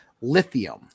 lithium